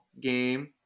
game